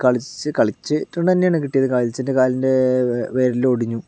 അന്ന് കളിച്ച് കളിച്ച് ഉള്ളത് കൊണ്ടുതന്നെയാണ് കിട്ടിയത് കളിച്ചിട്ട് കാലിൻ്റെ വിരല് ഒടിഞ്ഞു